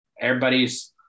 Everybody's